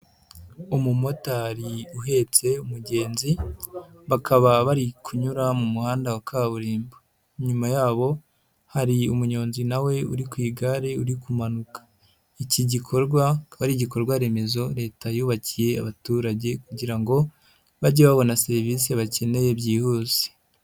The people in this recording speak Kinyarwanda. Umumotari uhetse mugenzi bakaba bari kunyura mu muhanda wa kaburimbo, inyuma yabo hari umunyonzi nawe uri ku igare uri kumanuka, iki gikorwaba akaba ari igikorwa remezo Leta yubakiye abaturage kugira ngo bajye babona serivisi bakeneye byihuse.